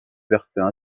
bertin